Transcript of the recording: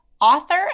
author